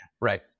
Right